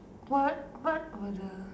what what were the